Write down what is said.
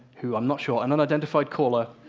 who i'm not sure, an unidentified caller,